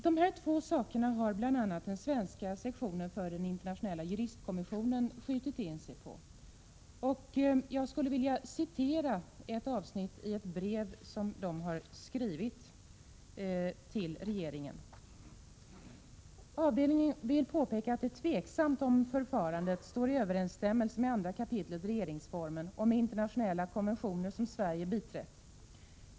Dessa två förhållanden har bl.a. den svenska sektionen av Internationella juristkommissionen skjutit in sig på. Jag skulle vilja citera ett avsnitt ur ett brev som den har skrivit till regeringen. Där anförs bl.a. följande: ”Avdelningen vill påpeka att det är tveksamt om förfarandet står i överensstämmelse med 2 kap RF och med internationella konventioner som Sverige biträtt.